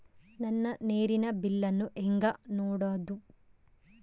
ನನ್ನ ನೇರಿನ ಬಿಲ್ಲನ್ನು ಹೆಂಗ ನೋಡದು?